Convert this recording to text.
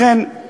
ובכן,